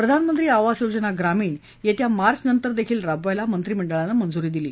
प्रधानमंत्री आवास योजना ग्रामीण येत्या मार्चनंतरही राबवायला मंत्रिमंडळानं मंजुरी दिली